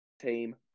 team